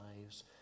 lives